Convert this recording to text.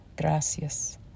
gracias